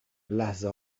لحظه